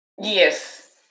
Yes